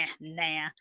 nah